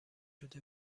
شده